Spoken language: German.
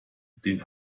den